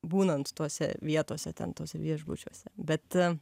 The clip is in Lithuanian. būnant tose vietose ten tuose viešbučiuose bet